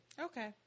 Okay